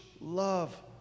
love